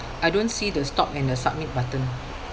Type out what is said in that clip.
I don't see the stop and the submit button